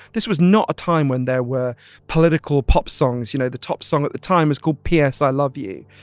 this was not a time when there were political pop songs. you know, the top song at the time is called p s. i love you.